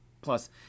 plus